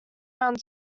around